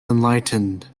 enlightened